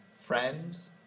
friends